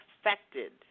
affected